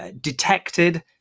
detected